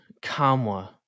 Kamwa